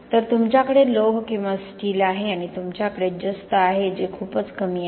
तर तुमच्याकडे लोह किंवा स्टील आहे आणि तुमच्याकडे जस्त आहे जे खूपच कमी आहे